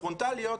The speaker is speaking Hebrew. פרונטליות,